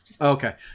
Okay